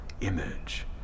image